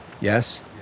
Yes